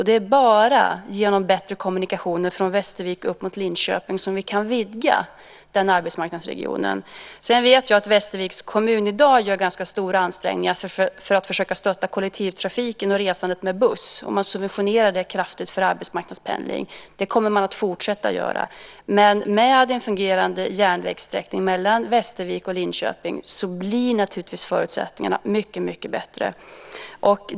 Det är bara genom bättre kommunikationer från Västervik upp mot Linköping som vi kan vidga den arbetsmarknadsregionen. Jag vet att Västerviks kommun i dag gör stora ansträngningar för att stötta kollektivtrafiken och resandet med buss. Detta subventioneras kraftigt för arbetsmarknadspendling. Det kommer man att fortsätta att göra. Med en fungerande järnvägssträckning mellan Västervik och Linköping blir naturligtvis förutsättningarna mycket bättre.